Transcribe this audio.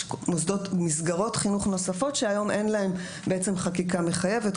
יש מסגרות חינוך נוספות שהיום אין להן חקיקה מחייבת,